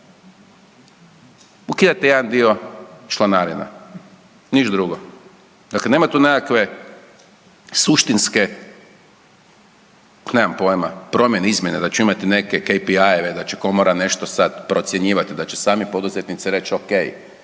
Ukidate jedan dio članarina, ništa drugo. Dakle, nema tu nekakve suštinske nemam pojma promjene, izmjene da će imati nekakve … da će komora nešto sada procjenjivati, da će sami poduzetnici reći ok